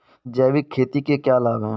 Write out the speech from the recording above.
जैविक खेती के क्या लाभ हैं?